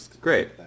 Great